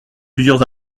plusieurs